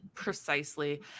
precisely